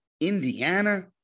Indiana